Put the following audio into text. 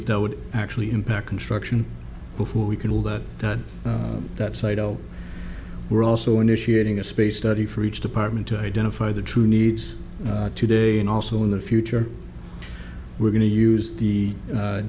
if that would actually impact construction before we can all that that site we're also initiating a space study for each department to identify the true needs today and also in the future we're going to use the